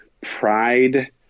pride